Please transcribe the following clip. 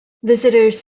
visitors